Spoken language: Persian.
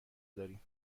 داریم